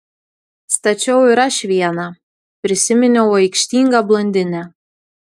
stačiau ir aš vieną prisiminiau aikštingą blondinę